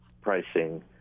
pricing